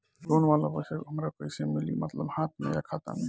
Loan वाला पैसा हमरा कइसे मिली मतलब हाथ में या खाता में?